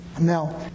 Now